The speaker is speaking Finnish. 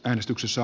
äänestyksessä